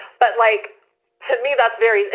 but like to me that's very,